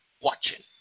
watching